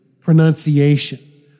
pronunciation